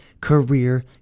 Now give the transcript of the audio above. career